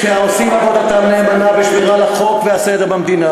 שעושים עבודתם נאמנה לשמירת החוק והסדר במדינה.